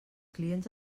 clients